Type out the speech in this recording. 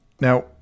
Now